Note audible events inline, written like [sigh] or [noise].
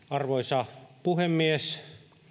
[unintelligible] arvoisa puhemies